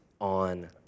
on